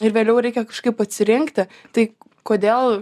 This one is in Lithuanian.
ir vėliau reikia kažkaip atsirinkti tai kodėl